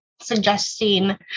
suggesting